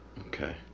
Okay